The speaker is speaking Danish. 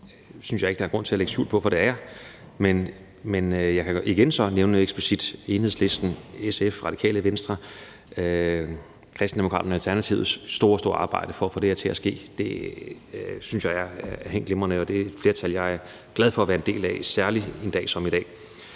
synes jeg ikke der er grund til at lægge skjul på, for det er jeg. Men jeg kan igen så nævne noget eksplicit, nemlig Enhedslisten, SF, Radikale Venstre, Kristendemokraterne og Alternativets store, store arbejde for at få det her til at ske. Det synes jeg er helt glimrende, og det er et flertal, som jeg er glad for at være en del af, særlig en dag som i dag.